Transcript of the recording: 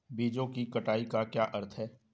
बीजों की कटाई का क्या अर्थ है?